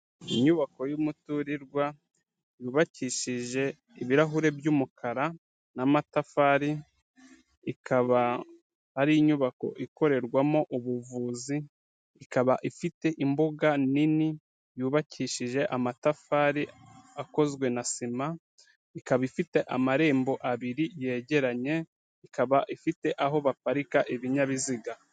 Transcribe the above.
Inyubako y'umuturirwa, yubakishije ibirahure by'umukara n'amatafari, ikaba ari inyubako ikorerwamo ubuvuzi, ikaba ifite imbuga nini yubakishije amatafari akozwe na sima, ikaba ifite amarembo abiri yegeranye, ikaba ifite aho baparika ibinyabiziga.